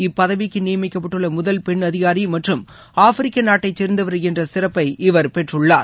இப்பதவிக்கு நியமிக்கப்பட்டுள்ள முதல் பெண் அதிகாரி மற்றும் ஆப்பிரிக்க நாட்டைச் சேர்ந்தவர் என்ற சிறப்பை இவர் பெற்றுள்ளார்